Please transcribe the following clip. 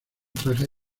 trajes